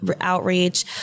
outreach